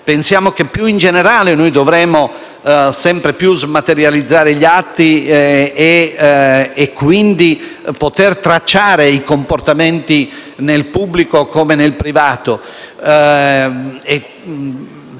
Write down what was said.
Pensiamo che, più in generale, dovremo sempre più smaterializzare gli atti e quindi poter tracciare i comportamenti nel pubblico come nel privato.